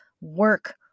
work